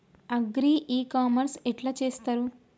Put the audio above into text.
Agri e commerce ఎట్ల చేస్తరు?